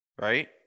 right